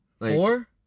Four